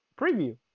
preview